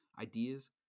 ideas